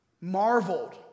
Marveled